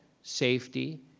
safety,